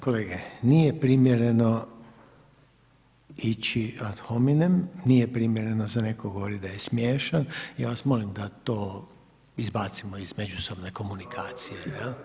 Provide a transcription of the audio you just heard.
Kolege, nije primjereno ići ad hominem, nije primjereno za nekoga govoriti da je smiješan, ja vas molim da to izbacimo iz međusobne komunikacije.